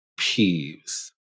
peeves